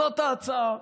זו ההצעה.